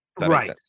Right